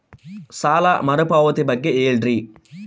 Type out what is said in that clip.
ಸಾಲ ಮರುಪಾವತಿ ಬಗ್ಗೆ ಹೇಳ್ರಿ?